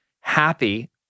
happy